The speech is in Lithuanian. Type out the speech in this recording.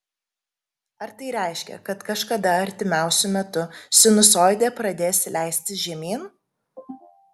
ar tai reiškia kad kažkada artimiausiu metu sinusoidė pradės leistis žemyn